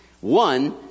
One